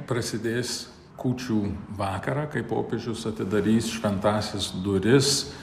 prasidės kūčių vakarą kai popiežius atidarys šventąsias duris